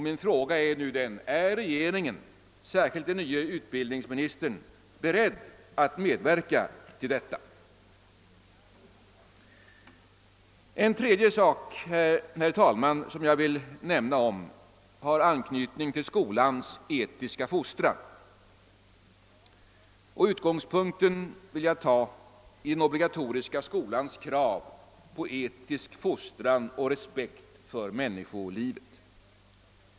Min fråga är nu: Är regeringen, särskilt den nye utbildningsministern, beredd att medverka till detta? En tredje fråga, herr talman, som jag vill beröra har anknytning till skolans etiska fostran. Utgångspunkten vill jag ta i den obligatoriska skolans krav på etisk fostran och respekt för människolivet.